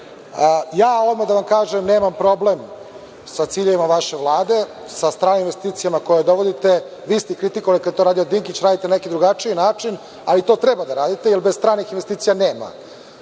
da vam kažem da nemam problem sa ciljevima vaše Vlade, sa stranim investicijama koje dovodite. Vi ste kritikovali kada je to radio Dinkić, radite na neki drugačiji način, ali to treba da radite, jer bez stranih investicija nema